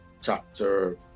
chapter